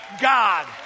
God